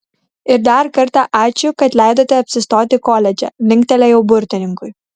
ir dar kartą ačiū kad leidote apsistoti koledže linktelėjau burtininkui